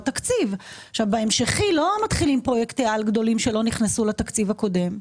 בתקציב ההמשכי לא מתחילים פרויקטי על גדולים שלא נכנסו לתקציב הקודם,